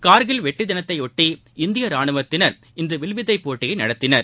கார்கில் வெற்றி தினத்தையொட்டி இந்திய ராணுவத்தினர் இன்று வில்வித்தை போட்டியை நடத்தினர்